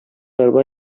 арба